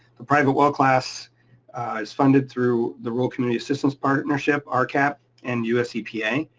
the private well class is funded through the rural community assistance partnership, um rcap and usepa.